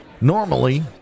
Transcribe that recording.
normally